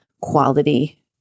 quality